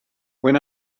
when